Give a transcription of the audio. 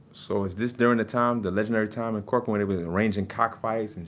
so is this during the time, the legendary time in corcoran, when they were arranging cockfights, and